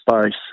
space